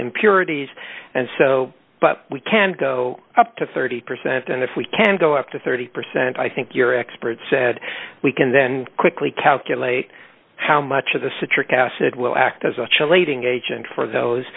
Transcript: impurities and so we can go up to thirty percent and if we can go up to thirty percent i think your expert said we can then quickly calculate how much of the citric acid will act as a chill ating agent for those